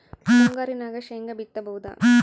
ಮುಂಗಾರಿನಾಗ ಶೇಂಗಾ ಬಿತ್ತಬಹುದಾ?